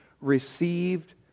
received